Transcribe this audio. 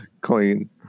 clean